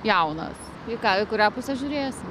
jaunas į ką į kurią pusę žiūrėsim